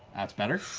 that's better.